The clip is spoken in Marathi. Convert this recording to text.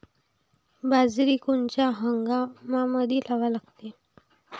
बाजरी कोनच्या हंगामामंदी लावा लागते?